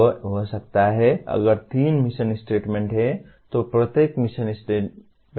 वे हो सकते हैं अगर तीन मिशन स्टेटमेंट हैं तो प्रत्येक मिशन स्टेटमेंट में दो से तीन हैं